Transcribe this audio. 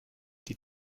die